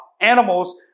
animals